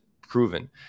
proven